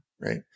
right